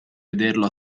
vederlo